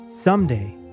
Someday